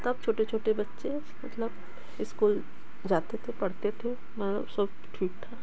तब छोटे छोटे बच्चे मतलब इस्कूल जाते थे पढ़ते थे मतलब सब ठीक था